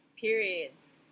Periods